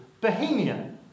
Bohemia